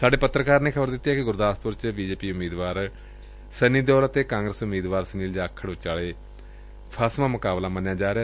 ਸਾਡੇ ਪੱਤਰਕਾਰ ਨੇ ਦੱਸਿਆ ਕਿ ਗੁਰਦਾਸਪੁਰ 'ਚ ਬੀਜੇਪੀ ਉਮੀਦਵਾਰ ਫਿਲਮ ਸਟਾਰ ਸੰਨੀ ਦਿਓਲ ਅਤੇ ਕਾਂਗਰਸ ਉਮੀਦਵਾਰ ਸੁਨੀਲ ਜਾਖੜ ਵਿਚਾਲੇ ਫਸਵਾਂ ਮੁਕਾਬਲਾ ਮੰਨਿਆ ਜਾ ਰਿਹਾ